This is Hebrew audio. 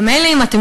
ומילא אם,